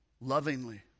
lovingly